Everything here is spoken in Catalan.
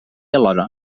alhora